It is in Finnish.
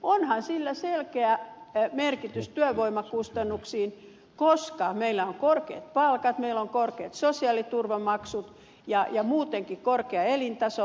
onhan sillä selkeä merkitys työvoimakustannuksiin koska meillä on korkeat palkat meillä on korkeat sosiaaliturvamaksut ja muutenkin korkea elintaso